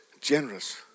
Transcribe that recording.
generous